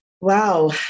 Wow